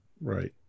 Right